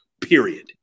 period